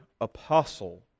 apostle